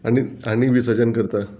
आनी आनी विसर्जन करता